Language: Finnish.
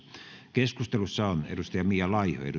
keskustelussa on mia laiho